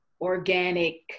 organic